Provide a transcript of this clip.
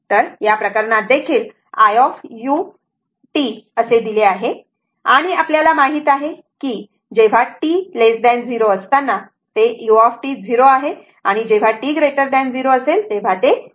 तर या प्रकरणात देखील iut दिले आहे आणि आपल्याला माहित आहे की जेव्हा t 0 असताना ते u 0 आहे आणि जेव्हा t 0 असेल तेव्हा ते 1 आहे